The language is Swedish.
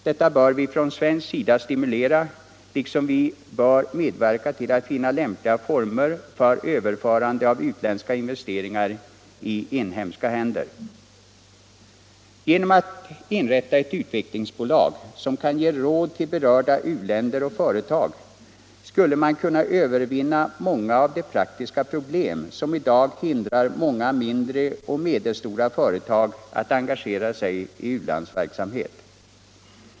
Detta bör vi från svensk sida stimulera — liksom vi bör medverka till att finna lämpliga former för överförande av utländska investeringar i inhemska händer. Genom att inrätta ett utvecklingsbolag, som kan ge råd till berörda u-länder och företag, skulle man kunna övervinna många av de praktiska problem som i dag hindrar många mindre och medelstora företag att engagera sig i u-landsverksamhet.